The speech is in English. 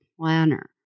planner